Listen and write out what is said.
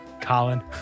Colin